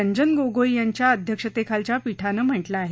रंजन गोगोई यांच्या अध्यक्षतेखालच्या पीठानं म्हटलं आहे